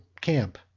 camp